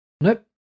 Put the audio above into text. Nope